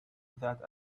that